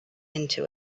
into